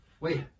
Wait